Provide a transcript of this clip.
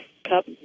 Cup